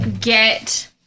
get